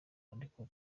ariko